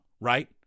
right